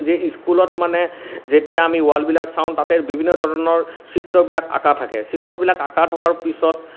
যে ইস্কুলত মানে যেতিয়া আমি ৱালবিলাক চাওঁ তাতে বিভিন্ন ধৰণৰ চিত্ৰবিলাক আঁকা থাকে চিত্ৰবিলাক আঁকা থকাৰ পিছত